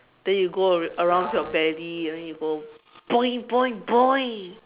then you go ar~ around with your belly then you go boing boing boing